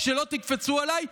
שלא תקפצו עליי,